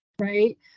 right